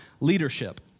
leadership